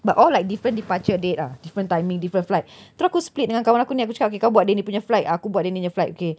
but all like different departure date ah different timing different flight terus aku split dengan kawan aku ni aku cakap okay kau buat dia ni punya flight aku buat dia punya flight okay